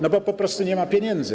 No bo po prostu nie ma pieniędzy.